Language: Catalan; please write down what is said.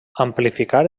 amplificar